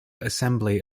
assembly